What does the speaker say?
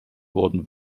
worden